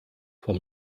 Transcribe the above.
vom